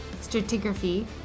Stratigraphy